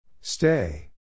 Stay